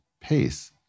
pace